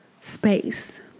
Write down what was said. Space